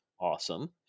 awesome